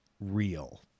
real